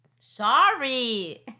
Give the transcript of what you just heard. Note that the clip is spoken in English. Sorry